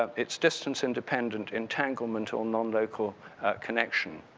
um it's distance independent entanglement or non-local connection.